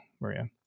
Maria